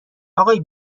آقای